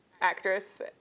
actress